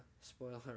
spoiler